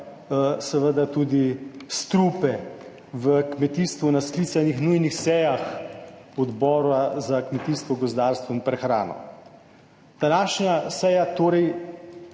seveda tudi strupe v kmetijstvu na sklicanih nujnih sejah Odbora za kmetijstvo, gozdarstvo in prehrano. Današnja seja torej